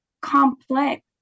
complex